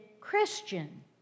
Christian